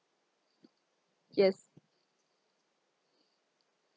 yes